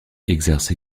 exercent